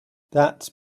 that’s